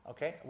Okay